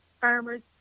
farmers